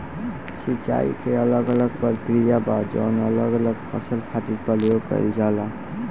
सिंचाई के अलग अलग प्रक्रिया बा जवन अलग अलग फसल खातिर प्रयोग कईल जाला